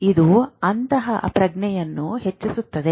ಇದು ಅಂತಃಪ್ರಜ್ಞೆಯನ್ನು ಹೆಚ್ಚಿಸುತ್ತದೆ